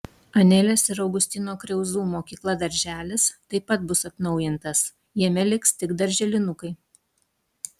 anelės ir augustino kriauzų mokykla darželis taip pat bus atnaujintas jame liks tik darželinukai